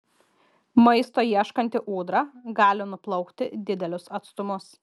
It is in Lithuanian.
maisto ieškanti ūdra gali nuplaukti didelius atstumus